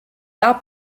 that